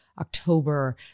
October